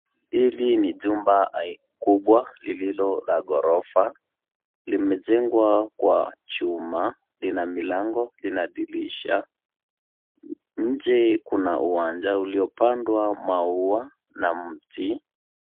Hili ni jumba kubwa lililo la ghorofa, limejengwa kwa chuma lina milango, lina dirisha. Nje kuna uwanja uliopandwa maua na mti.